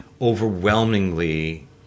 overwhelmingly